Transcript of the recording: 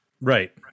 Right